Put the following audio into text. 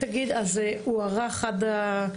זה הוארך עד ה-31?